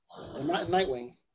Nightwing